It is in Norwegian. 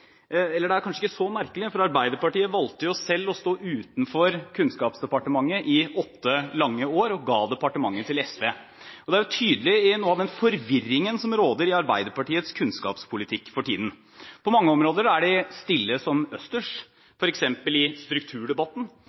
eller det er kanskje ikke så merkelig, for Arbeiderpartiet valgte jo selv å stå utenfor Kunnskapsdepartementet i åtte lange år og ga departementet til SV. Det er jo tydelig i noe av den forvirringen som råder i Arbeiderpartiets kunnskapspolitikk for tiden. På mange områder er de stille som østers, f.eks. i strukturdebatten.